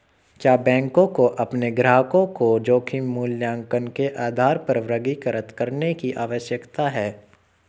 क्या बैंकों को अपने ग्राहकों को जोखिम मूल्यांकन के आधार पर वर्गीकृत करने की आवश्यकता है?